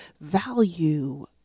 value